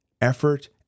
effort